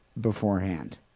beforehand